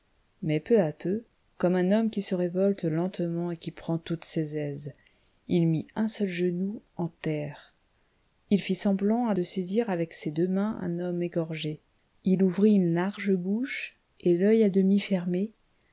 mais peu à peu comme un homme qui se révolte lentement et qui prend toutes ses aises il mit un seul genou en terre il fit semblant de saisir avec ses deux mains un homme égorgé il ouvrit une large bouche et l'oeil à demi fermé